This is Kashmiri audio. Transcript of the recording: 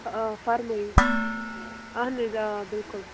آ فرمٲیِو اہَن حظ آ بِلکُل